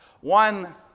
One